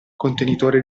contenitore